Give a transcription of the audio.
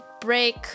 break